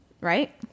right